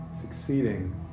succeeding